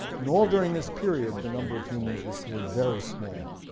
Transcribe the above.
and all during this period the number of humans was clearly very small.